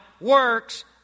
works